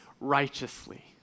righteously